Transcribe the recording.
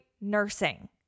nursing